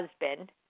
husband